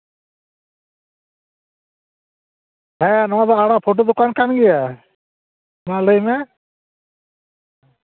ᱦᱮᱸ ᱱᱚᱣᱟ ᱫᱚ ᱟᱲᱟᱜ ᱯᱷᱚᱴᱳ ᱫᱚᱠᱟᱱ ᱠᱟᱱ ᱜᱮᱭᱟ ᱦᱮᱸ ᱞᱟᱹᱭᱢᱮ